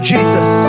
Jesus